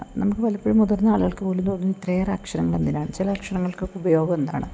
നമുക്ക് വലപ്പഴും മുതിർന്ന ആളുകൾക്ക് പോലും തോന്നും ഇത്രയേറെ അക്ഷരങ്ങളെന്തിനാന്ന് ചില അക്ഷരങ്ങൾക്ക് ഉപയോഗം എന്താണ്